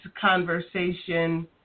conversation